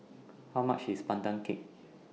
How much IS Pandan Cake